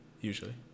Usually